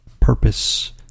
purpose